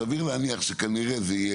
יוראי אני מודה לקולגה שלך חבר הכנסת מלול שייצג